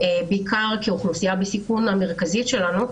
בעיקר כאוכלוסייה בסיכון המרכזית שלנו,